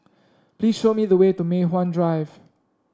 please show me the way to Mei Hwan Drive